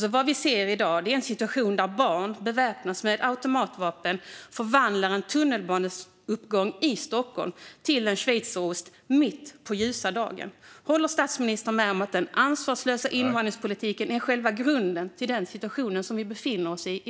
I dag ser vi en situation där barn beväpnas med automatvapen och förvandlar en tunnelbaneuppgång i Stockholm till en schweizerost mitt på ljusa dagen. Håller statsministern med om att den ansvarslösa invandringspolitiken är själva grunden för den situation som vi i dag befinner oss i?